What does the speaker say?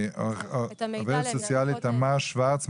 עובדת סוציאלית תמר שורץ,